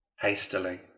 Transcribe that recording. Hastily